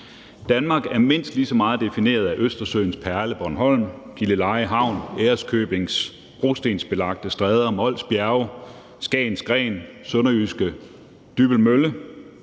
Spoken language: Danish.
Danmark er mindst lige så meget defineret af Østersøens perle, Bornholm, og Gilleleje Havn, Ærøskøbings brostensbelagte stræder, Mols Bjerge, Skagens Gren, Dybbøl Mølle